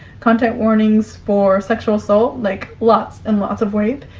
content warnings for sexual assault, like lots and lots of rape,